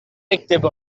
اِكتب